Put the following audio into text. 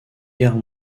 guerre